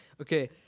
Okay